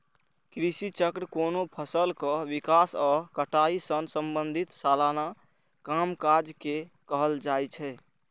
कृषि चक्र कोनो फसलक विकास आ कटाई सं संबंधित सलाना कामकाज के कहल जाइ छै